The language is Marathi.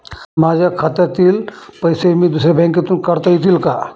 माझ्या खात्यातील पैसे मी दुसऱ्या बँकेतून काढता येतील का?